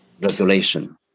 regulation